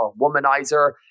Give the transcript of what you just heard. Womanizer